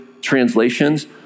translations